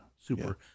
Super